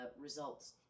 results